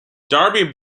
darby